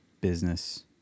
business